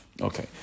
Okay